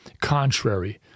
contrary